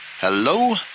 Hello